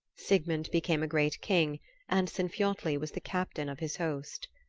sigmund became a great king and sinfiotli was the captain of his host.